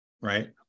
right